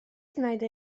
znajdę